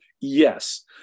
Yes